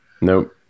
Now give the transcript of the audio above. nope